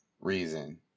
reason